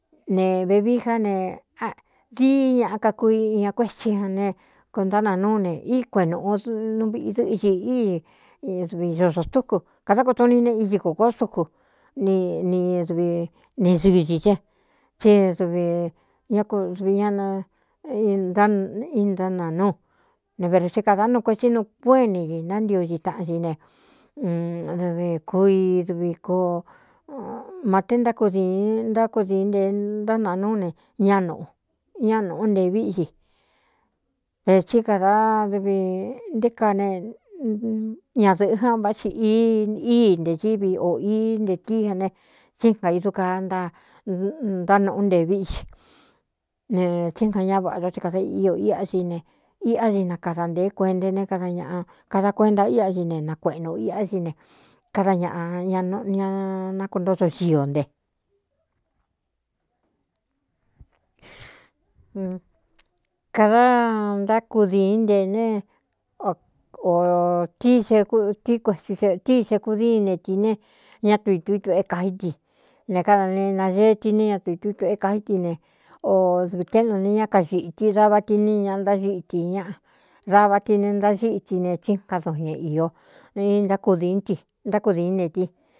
Ne vevií já ne dií ñaꞌa kakui ña kuétsí an ne kontánaa núu ne í kueꞌen nūꞌu nviꞌi dɨ́ꞌxi íi vi zoso stúku kadákutu ni ne idi kokó suku n vi ne dɨsī dé í dvi ñíntánaa núu ne veru thí kādā nuu kuetsí nuu kuéꞌen ni i ntántioxi taꞌan ci ne dvi ku iv k ma te ntákudiin ntákudiin nte ntánaa núu ne ñá nūꞌu nte víꞌxi ve tí kadā dvi nté kaa ne ñadɨ̄ꞌɨ ján vá ti íi ntē ɨvi ō ī nte tí ja ne tsín ka idu kaa antánūꞌu nte viꞌxi ne tsínja ñá vaꞌa nto ti kāda ío íꞌa í ne iꞌá di na kada ntēé kuenta né kada ñaꞌa kada kuenta íꞌa i ne nakueꞌnū iꞌá í ne kada ñaꞌa ñña nakuntoto ñiō ntékda nákdiín n etetí si etíi se kudíin ne tī ne ña tuituituꞌé kaí ti ne káda ne nagee ti ne ñatɨi tui tuꞌé kaí ti ne o dɨvi téꞌnu ne ñá kaxīti dava ti ni ña ntáxíti ñaꞌa dava ti ne ntáxíti ne tsíka dun ña īo dín i ntákudiín nte ti.